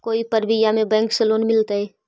कोई परबिया में बैंक से लोन मिलतय?